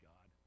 God